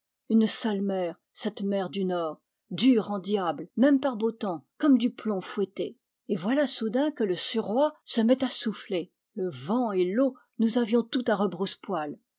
une sale mer cette mer du nord dure en diable même par beau temps comme du plomb fouetté et voilà soudain que le suroît se met à souffler le vent et l'eau nous avions tout à rebrousse poil